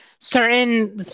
certain